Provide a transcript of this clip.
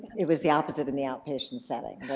it was the opposite in the outpatient setting,